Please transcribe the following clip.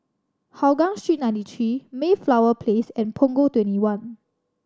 Hougang Street Ninety Three Mayflower Place and Punggol Twenty one